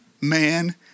man